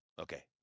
Okay